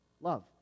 love